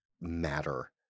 matter